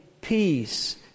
peace